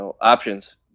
options